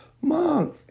Mom